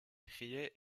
riait